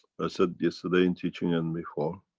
i said yesterday in teaching and before,